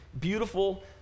beautiful